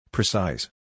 Precise